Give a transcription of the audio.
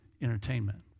entertainment